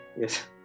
yes